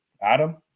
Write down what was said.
Adam